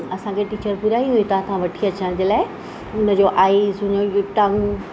असांखे टीचर ॿुधाइ हुई इतां खां वठी अचण जे लाइ हुन जो आईस हुन जूं टंग